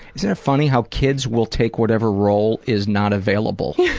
sort of funny how kids will take whatever role is not available?